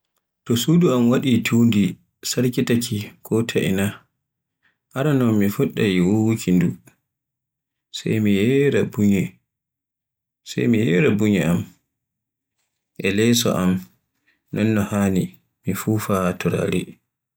To suudu am wadi tundi, sarkitaake ko ina, aranon, sai fuɗɗa wuwuuki ndu sai mi yeera bunye- sai mi yeera bunye am e leeso non no hanani, mi fuufa turare